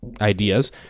ideas